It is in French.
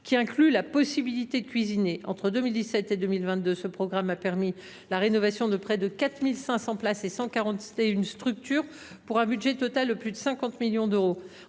qui intègrent la possibilité de cuisiner. Entre 2017 et 2022, ce programme a permis la rénovation de près de 4 500 places et 141 structures, pour un budget global de plus de 50 millions d’euros.